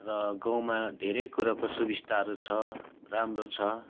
र गाउँमा धेरै कुराको सुविस्ताहरू छ राम्रो छ